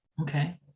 okay